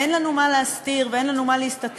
אין לנו מה להסתיר ואין לנו מה להסתתר,